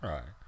Right